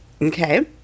Okay